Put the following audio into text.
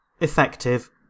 effective